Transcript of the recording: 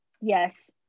Yes